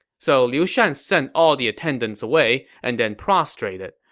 so liu shan sent all the attendants away and then prostrated.